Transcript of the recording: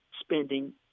spending